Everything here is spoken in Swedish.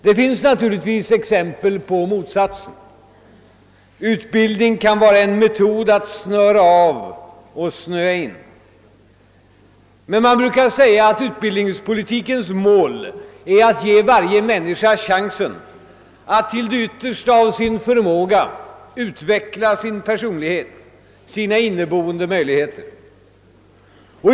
Det finns naturligtvis exempel på motsatsen. Utbildning kan vara en metod att snöra av och snöa in. Men man brukar säga att utbildningspolitikens mål är att ge varje människa chansen att till det yttersta av sin förmåga utveckla sin personlighet och sina inneboende möjligheter.